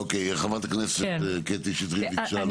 אוקי, חברת הכנסת קטי שטרית ביקשה לומר משהו.